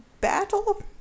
Battle